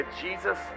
Jesus